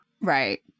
Right